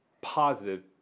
positive